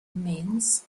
means